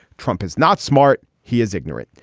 trump is not smart. he is ignorant.